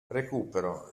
recupero